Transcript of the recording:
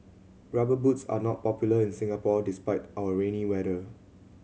Rubber Boots are not popular in Singapore despite our rainy weather